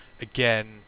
again